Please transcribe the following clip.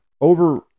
over